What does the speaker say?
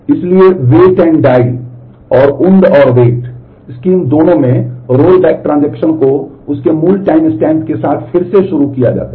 इसलिए wait and die और wound और वेट को उसके मूल टाइमस्टैम्प के साथ फिर से शुरू किया जाता है